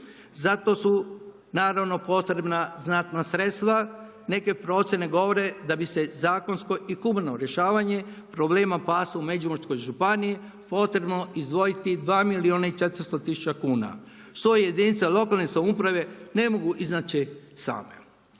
Zato su naravno potrebna znatna sredstva, neke procjene govore da bi se zakonsko i humano rješavanje problema pasa u Međimurskoj županiji potrebno izdvojiti 2 milijuna i 400 tisuća kuna, što jedinice lokalne samouprave ne mogu iznaći same.